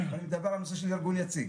אני מדבר על נושא של ארגון יציג